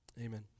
Amen